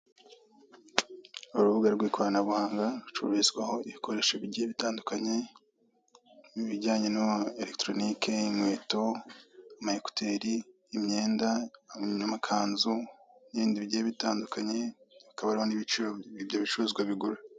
Urubuga rwikoranabuhanga rucururizwaho ibikoresho bigiye bitandukanye ibijyanye na eregitoronike inkweto ama ekuteri imyenda n'amakanzu nibindi bigiye bitandukanye hakaba hariho nibiciro ibyo bicuruzwa bigura.